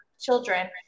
children